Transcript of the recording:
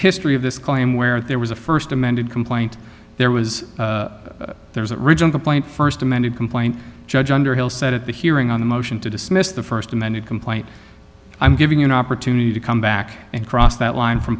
history of this claim where there was a first amended complaint there was there was a regional point first amended complaint judge underhill said at the hearing on the motion to dismiss the first amended complaint i'm giving you an opportunity to come back and cross that line from